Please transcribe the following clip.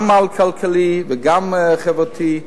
גם כלכלי, גם חברתי,